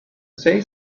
say